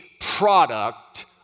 product